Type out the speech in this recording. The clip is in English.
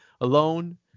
alone